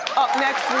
up next,